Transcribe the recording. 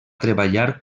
treballar